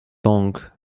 donc